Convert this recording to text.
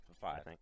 five